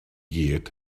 gyd